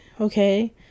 Okay